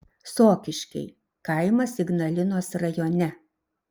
sokiškiai kaimas ignalinos rajone